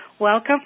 Welcome